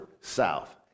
South